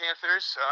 Panthers